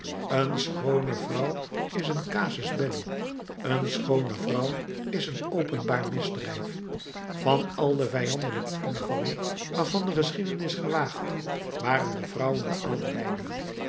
een schoone vrouw is een casus belli een schoone vrouw is een openbaar misdrijf van al de vijandelijke invallen waarvan de geschiedenis gewaagt waren de vrouwen de aanleiding